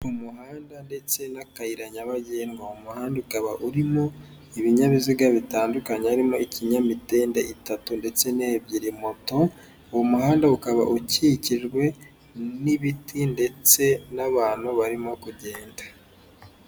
Umuhanda ndetse n'akayira nyabagendwa, uwo muhanda ukaba urimo ibinyabiziga bitandukanye harimo ikinyamitende itatu ndetse ni ebyiri moto, uwo muhanda ukaba ukikijwe n'ibiti ndetse n'abantu barimo kugenda.